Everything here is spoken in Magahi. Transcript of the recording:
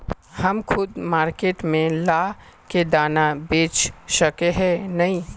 हम खुद मार्केट में ला के दाना बेच सके है नय?